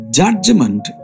judgment